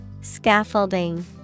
Scaffolding